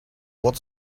what